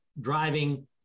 driving